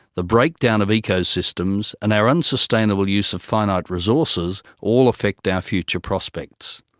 the breakdown of ecosystems and our unsustainable use of finite resources, all affect our future prospects.